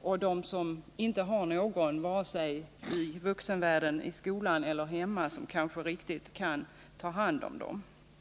utstötta som inte har någon i vuxenvärlden — vare sig i skolan eller i hemmet — som riktigt kan ta hand om dem.